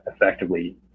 effectively